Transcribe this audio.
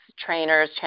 Trainers